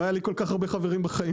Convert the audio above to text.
לא היה לי כל כך הרבה חברים בחיים.